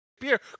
beer